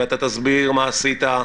ואתה תסביר מה עשית,